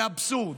זה אבסורד.